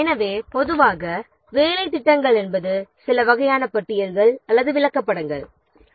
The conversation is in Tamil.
எனவே பொதுவாக வேலைத் திட்டங்கள் என்பது சில வகையான பட்டியல்கள் அல்லது விளக்கப்படங்கள் ஆகும்